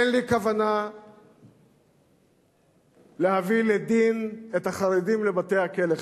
אין לי כוונה להביא לדין את החרדים, לבתי-הכלא.